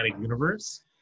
universe